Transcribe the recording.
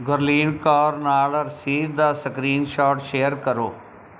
ਗੁਰਲੀਨ ਕੌਰ ਨਾਲ ਰਸੀਦ ਦਾ ਸਕਰੀਨਸ਼ੌਟ ਸ਼ੇਅਰ ਕਰੋ